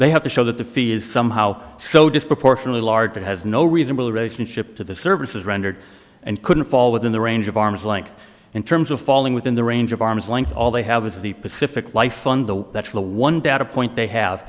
they have to show that the fee is somehow so disproportionately large that has no reasonable ration ship to the services rendered and couldn't fall within the range of arm's length in terms of falling within the range of arm's length all they have is the pacific life fund the that's the one data point they have